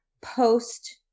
post